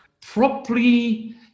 properly